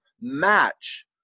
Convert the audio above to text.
match